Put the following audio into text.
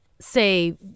say